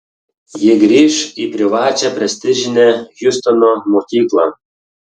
ji grįš į privačią prestižinę hjustono mokyklą